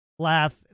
Laugh